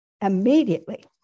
immediately